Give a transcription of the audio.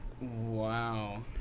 Wow